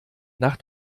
nach